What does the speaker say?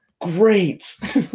great